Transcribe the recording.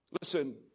Listen